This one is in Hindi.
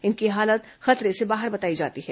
इनकी हालत खतरे से बाहर बताई जाती है